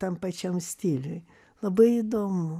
tam pačiam stiliuj labai įdomu